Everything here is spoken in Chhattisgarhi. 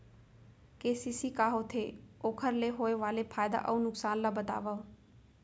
के.सी.सी का होथे, ओखर ले होय वाले फायदा अऊ नुकसान ला बतावव?